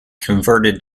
converted